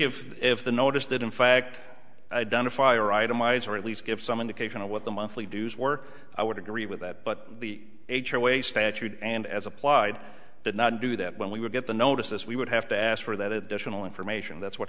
if if the notice did in fact identify right in my eyes or at least give some indication of what the monthly dues work i would agree with that but the h r way statute and as applied did not do that when we would get the notice we would have to ask for that additional information that's what